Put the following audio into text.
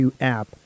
app